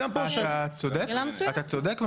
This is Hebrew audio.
צודק.